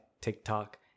TikTok